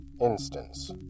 Instance